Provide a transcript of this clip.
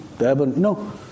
No